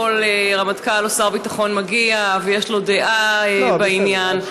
כל רמטכ"ל או שר ביטחון מגיע ויש לו דעה בעניין.